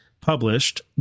published